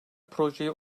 projeyi